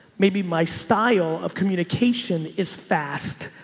maybe my style of communication is fast,